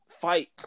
fight